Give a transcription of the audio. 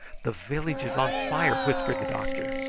the village is on fire! whispered the doctor.